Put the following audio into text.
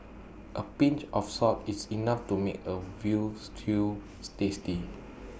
A pinch of salt is enough to make A Veal Stew tasty